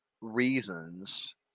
reasons